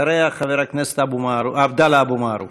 אחריה, חבר הכנסת עבדאללה אבו מערוף.